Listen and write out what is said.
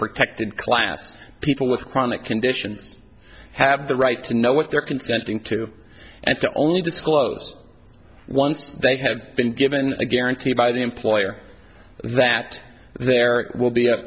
protected class people with chronic conditions have the right to know what they're consenting to and to only disclose once they have been given a guaranteed by the employer that there will be